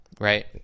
right